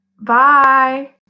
Bye